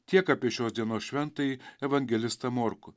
tiek apie šios dienos šventąjį evangelistą morkų